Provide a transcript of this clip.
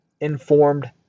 informed